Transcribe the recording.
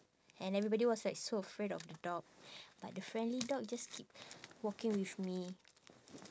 and everybody was like so afraid of the dog but the friendly dog just keep walking with me